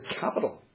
capital